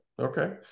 okay